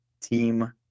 team